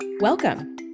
Welcome